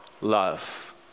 love